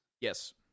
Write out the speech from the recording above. yes